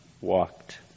walked